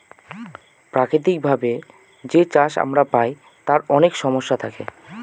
প্রাকৃতিক ভাবে যে চাষ আমরা পায় তার অনেক সমস্যা থাকে